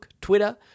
Twitter